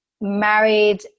married